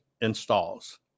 installs